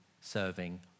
serving